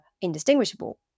indistinguishable